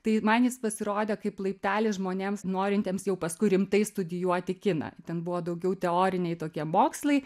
tai man jis pasirodė kaip laiptelis žmonėms norintiems jau paskui rimtai studijuoti kiną ten buvo daugiau teoriniai tokie mokslai